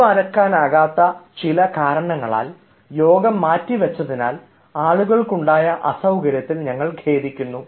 ഒഴിവാക്കാനാവാത്ത ചില കാരണങ്ങളാൽ യോഗം മാറ്റിവച്ചതിനാൽ ആളുകൾക്ക് ഉണ്ടായ അസൌകര്യത്തിൽ ഞങ്ങൾ ഖേദിക്കുന്നു